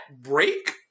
break